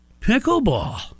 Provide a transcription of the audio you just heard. pickleball